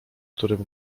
którym